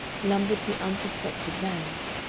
lumbered the unsuspected vans.